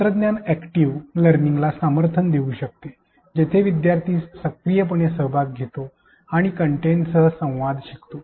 तंत्रज्ञान अॅक्टिव लर्निंगला समर्थन देऊ शकते जिथे विद्यार्थी सक्रियपणे सहभाग घेतो आणि कंटेंटसह संवाद साधतो